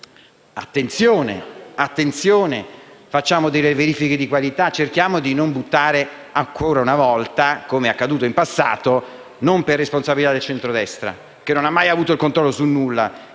cinema, ma attenzione: facciamo verifiche di qualità, cerchiamo di non buttare ancora una volta, risorse, come è avvenuto in passato e per responsabilità non del centrodestra, che non ha mai avuto il controllo su nulla